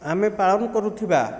ଆମେ ପାଳନ କରୁଥିବା